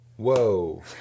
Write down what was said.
Whoa